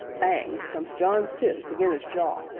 bang! comes john's fist again' is jaw,